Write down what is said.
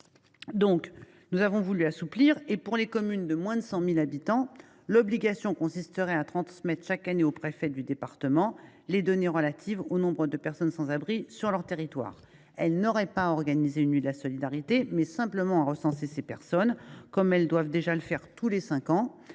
Nous avons donc assoupli le dispositif. Pour les communes de moins de 100 000 habitants, l’obligation consisterait à transmettre chaque année au préfet de département les données relatives au nombre de personnes sans abri sur leur territoire. Elles auraient donc non pas à organiser une nuit de la solidarité, mais simplement à recenser ces personnes, comme elles doivent déjà le faire tous les cinq